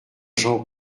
jean